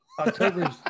October